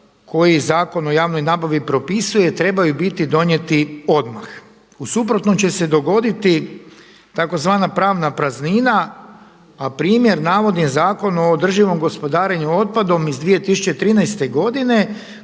koji Zakon o javnoj nabavi propisuje trebaju biti donijeti odmah u suprotnom će se dogoditi tzv. pravna praznina a primjer navodim Zakon o održivom gospodarenju otpadom iz 2013. godine